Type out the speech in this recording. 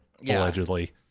allegedly